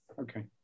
Okay